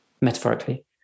metaphorically